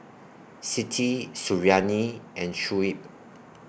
Siti Suriani and Shuib